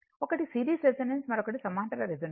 ఒకటి series resonance మరొకటి సమాంతర రెసోనెన్స్